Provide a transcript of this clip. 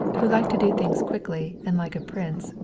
who liked to do things quickly and like a prince,